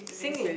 Singlish